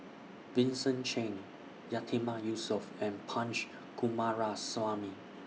Vincent Cheng Yatiman Yusof and Punch Coomaraswamy